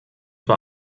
war